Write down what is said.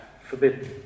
forbidden